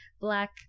black